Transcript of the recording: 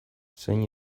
zein